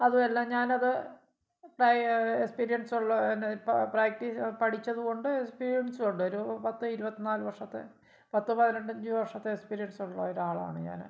അതുമല്ല ഞാൻ അത് ട്രൈ എക്സ്പീരിയൻസ് ഉള്ളതെന്ന് ഇപ്പം പ്രാക്റ്റീ പഠിച്ചത് കൊണ്ട് എക്സ്പീരിയൻസും ഉണ്ടൊരു പത്ത് ഇരുപത്തി നാല് വർഷത്തെ പത്ത് പതിനഞ്ച് വർഷത്തെ എക്സ്പീരിയൻസുള്ള ഒരാൾ ആണ് ഞാൻ